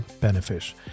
benefit